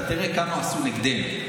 אתה תראה כמה עשו נגדנו.